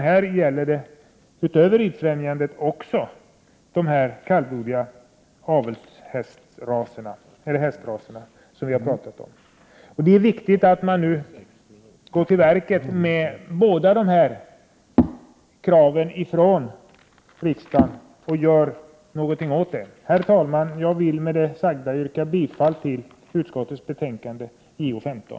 Här gäller det utöver Ridfrämjandet också de kallblodiga hästraser som vi har pratat om. Det är viktigt att man nu uppfyller kraven från riksdagen och går till verket. Herr talman! Jag vill med det sagda yrka bifall till jordbruksutskottets hemställan i betänkande nr 15.